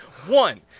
One